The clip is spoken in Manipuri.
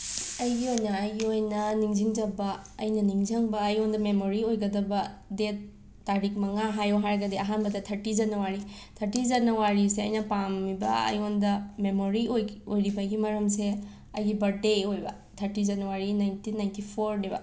ꯑꯩꯒꯤ ꯑꯣꯏꯅ ꯑꯩꯒꯤ ꯑꯣꯏꯅ ꯅꯤꯡꯁꯤꯡꯖꯕ ꯑꯩꯅ ꯅꯤꯡꯁꯤꯡꯕ ꯑꯩꯉꯣꯟꯗ ꯃꯦꯃꯣꯔꯤ ꯑꯣꯏꯒꯗꯕ ꯗꯦꯠ ꯇꯥꯔꯤꯛ ꯃꯉꯥ ꯍꯥꯏꯌꯣ ꯍꯥꯏꯔꯒꯗꯤ ꯑꯍꯥꯟꯕꯗ ꯊꯥꯔꯇꯤ ꯖꯅꯋꯥꯔꯤ ꯊꯥꯔꯇꯤ ꯖꯅꯋꯥꯔꯤꯁꯦ ꯑꯩꯅ ꯄꯥꯝꯕ ꯑꯩꯉꯣꯟꯗ ꯃꯦꯃꯣꯔꯤ ꯑꯣꯏꯈꯤ ꯑꯣꯏꯔꯤꯕꯒꯤ ꯃꯔꯝꯁꯦ ꯑꯩꯒꯤ ꯕꯔꯗꯦ ꯑꯣꯏꯕ ꯊꯥꯔꯇꯤ ꯖꯟꯋꯥꯔꯤ ꯅꯥꯏꯟꯇꯤꯟ ꯅꯥꯏꯟꯇꯤ ꯐꯣꯔꯅꯦꯕ